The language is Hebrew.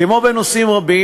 כמו בנושאים רבים,